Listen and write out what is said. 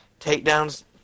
takedowns